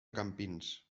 campins